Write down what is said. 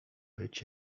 być